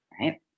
Right